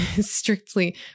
strictly